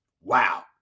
Wow